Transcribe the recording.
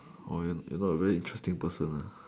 orh then you are not a very interesting person lah